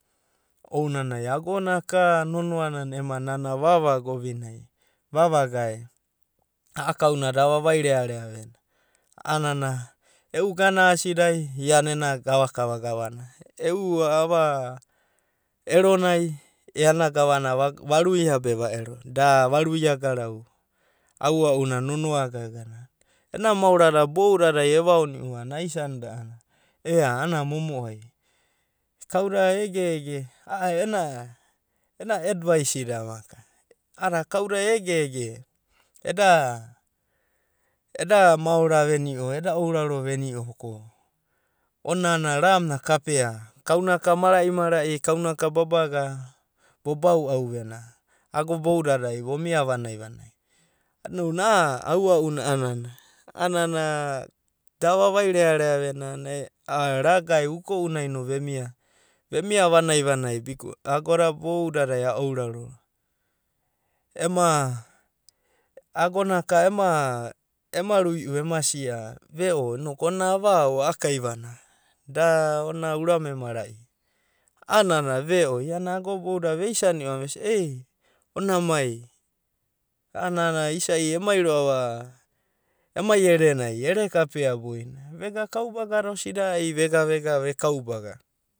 Ounanai agonaka nonoananai ema nana ovini vavagae a'akauna da vavairearea vena a'anana e'u gana asida iana ena gavagava vagavanda. E'u ava eronai iana ena gavana varuia be va ero, da varuia garau. Aua'una nonoa, ena maorada boudada a'ana evaoniu a'ana aisanda ea a'ana momo'ai. Kauda egege a'a ena edvaisida a'ada kauda egege eda, eda maora veni'u, eda ouraro veni'u ko onina a'ana ramuna kapea be kauna ka mara'i mara'i, kauna ka babaga a'ana vo bau'au vena ago bouda vomia vanai vanai. Ounanai a'a aua'una a'anana, a'anana da vavairearea vena ne a'a ragae uko'unai no vemia, vemia vanai vanai bikos agoda baudadai a'ouraro. Ema agona ka ema rui'u ema sia ve'o inoku ona ava ao a'akaivanai da ona urame mara'i, a'anana ve'o iana ago boudadai veisani'u ana vesia ei ona mai, a'anana isai emai ro'ava amai erenai, ere kapea boina. Vega kaubaga da osida ai vega vega ve kaubaga.